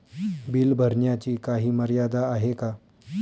Bill भरण्याची काही मर्यादा आहे का?